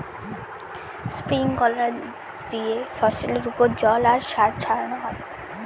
sprinkler দিয়ে ফসলের ওপর জল আর সার ছড়ানো হয়